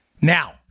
now